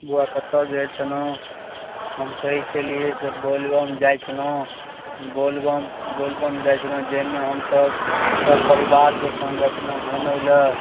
बौआ कतऽ गेल छलहुॅं हम कहै छलियै से बोलबम जाइ छलहुॅं बोलबम बोलबम जाइ छलहुॅं जाहिमे हमसभ परिवारके सङ्ग जाइ छलहुॅं घुमै लए